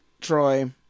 Troy